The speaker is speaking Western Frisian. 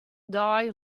dei